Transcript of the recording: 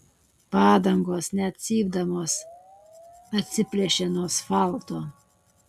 padangos net cypdamos atsiplėšė nuo asfalto